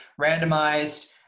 randomized